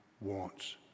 wants